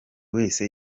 wese